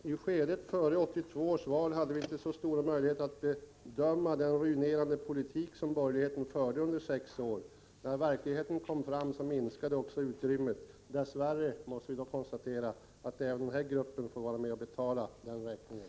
Fru talman! Det är naturligtvis allvarligt att socialdemokraterna hade så dåligt underlag för sina vallöften när de gick in i 1982 års val. Det är bara att hoppas att de har bättre underlag i fortsättningen.